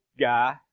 guy